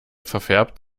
verfärbt